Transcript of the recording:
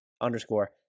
underscore